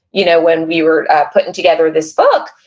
you know, when we were putting together this book,